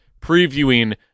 previewing